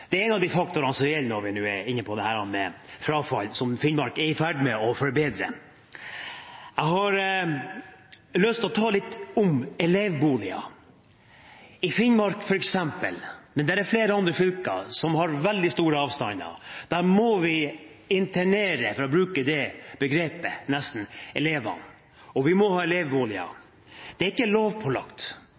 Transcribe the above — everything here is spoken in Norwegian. Det er en av de faktorene som gjelder når vi nå er inne på frafall, og som Finnmark er i ferd med å forbedre. Jeg har lyst til å snakke litt om elevboliger. I Finnmark, f.eks. – det er flere andre fylker som også har veldig store avstander – må vi internere, for å bruke det begrepet, elevene, og vi må ha elevboliger. Det er ikke lovpålagt.